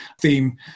theme